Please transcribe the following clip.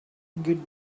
get